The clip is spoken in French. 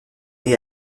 née